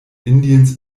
indiens